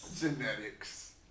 Genetics